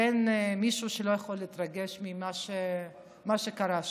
ואין מישהו שיכול לא להתרגש ממה שקרה שם.